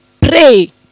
Pray